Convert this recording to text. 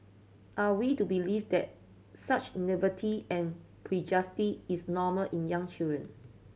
are we to believe that such naivety and is normal in young children